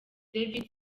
david